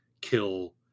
kill